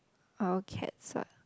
our cats ah